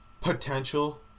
potential